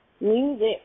music